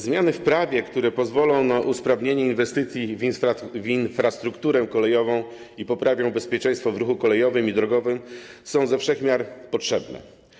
Zmiany w prawie, które pozwolą na usprawnienie inwestycji w infrastrukturę kolejową i poprawią bezpieczeństwo w ruchu kolejowym i drogowym, są ze wszech miar potrzebne.